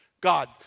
God